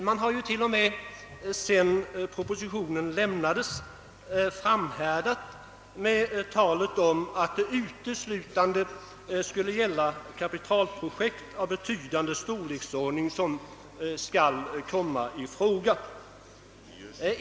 Man har t.o.m. sedan propositionen lämnats framhärdat i talet om att uteslutande projekt av betydande storlek skall komma i fråga.